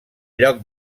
lloc